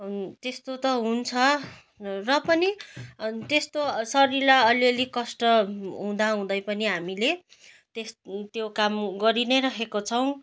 त्यस्तो त हुन्छ र पनि त्यस्तो शरीरलाई अलि अलि कष्ट हुँदा हुँदै पनि हामीले त्यस त्यो काम गरी नै रहेका छौँ